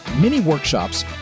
mini-workshops